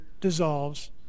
dissolves